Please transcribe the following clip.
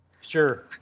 Sure